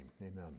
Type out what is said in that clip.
amen